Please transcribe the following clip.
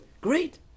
Great